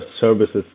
services